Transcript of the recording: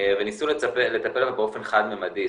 וניסינו לטפל בה באופן חד ממדי,